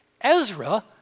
Ezra